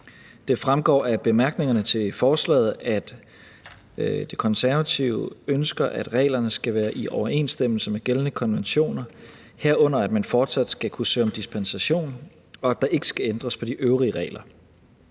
Det fremgår af bemærkningerne til forslaget, at De Konservative ønsker, at reglerne skal være i overensstemmelse med gældende konventioner, herunder at man fortsat skal kunne søge om dispensation, og at der ikke skal ændres på de øvrige regler.